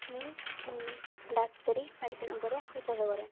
ମୁଁ ଡାକ୍ତରୀ ମେଡ଼ିସିନ୍ ଉପରେ ବିଶ୍ୱାସ କରେ